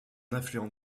affluent